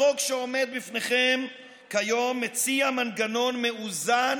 החוק שעומד בפניכם כיום מציע מנגנון מאוזן